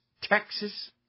Texas